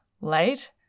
late